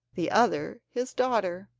the other his daughter.